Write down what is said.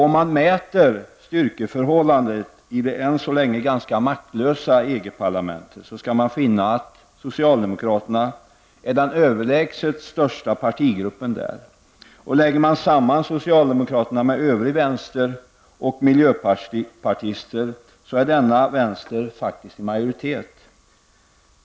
Om man mäter styrkeförhållandena i det än så länge ganska maktlösa EG-parlamentet, finner man att socialdemokraterna är den överlägset största partigruppen där. Lägger man samman socialdemokraterna med övrig vänster och miljöpartister så är denna vänster faktiskt i majoritet.